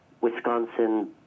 Wisconsin